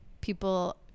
people